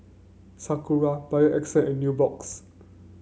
Sakura Bio Essence and Nubox